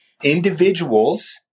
Individuals